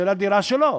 של הדירה שלו.